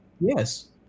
Yes